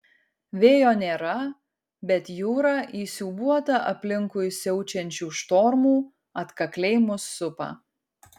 vėjo nėra bet jūra įsiūbuota aplinkui siaučiančių štormų atkakliai mus supa